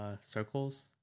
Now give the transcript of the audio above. circles